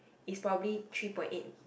is probably three point eight